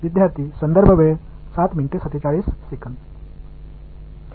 மாணவர் மாணவர் அது செய்யப்படும் என்னிடம் இது மட்டுமே உள்ளது